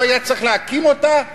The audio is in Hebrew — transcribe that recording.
לא היה צריך להקים אותה,